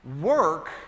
Work